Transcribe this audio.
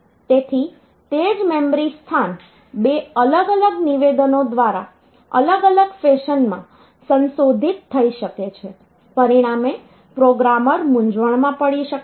તેથી તે જ મેમરી સ્થાન બે અલગ અલગ નિવેદનો દ્વારા અલગ અલગ ફેશન માં સંશોધિત થઈ શકે છે પરિણામે પ્રોગ્રામર મૂંઝવણમાં પડી શકે છે